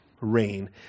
Rain